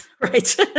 right